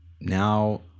now